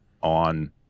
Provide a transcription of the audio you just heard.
on